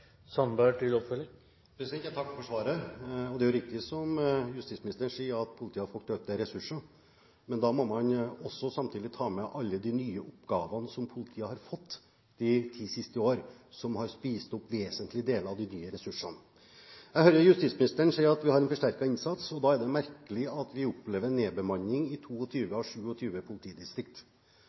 Jeg takker for svaret. Det er jo riktig som justisministeren sier, at politiet har fått økte ressurser. Men da må man samtidig også ta med alle de nye oppgavene som politiet har fått de ti siste årene, som har spist opp vesentlige deler av de nye ressursene. Jeg hører justisministeren si at vi har en forsterket innsats. Da er det merkelig at vi opplever en nedbemanning i